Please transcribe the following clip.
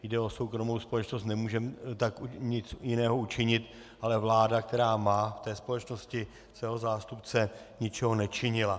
Jde o soukromou společnost, nemůžeme tak nic jiného učinit, ale vláda, která má v té společnosti svého zástupce, ničeho nečinila.